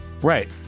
Right